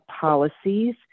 policies